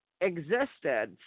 existed